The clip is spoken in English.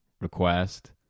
request